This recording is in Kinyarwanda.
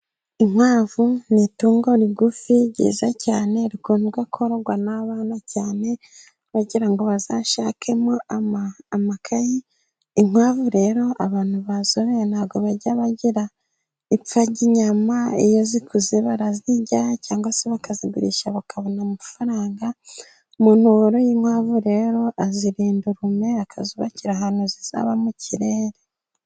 Inkwavu ni itungo rigufi ryiza cyane rikunda kororwa n'abana cyane, bagira ngo bazashakemo amakayi. Inkwavu rero abantu bazoroye ntabwo bajya bagira ipfa ry'inyama, iyo zikuze barazirya cyangwa se bakazigurisha bakabona amafaranga. Umuntu woroye inkwavu rero azirinda urume akazubakira ahantu zizaba mu kirere.